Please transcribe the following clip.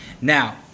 Now